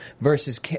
versus